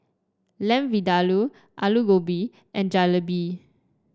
Lamb Vindaloo Alu Gobi and Jalebi